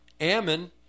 Ammon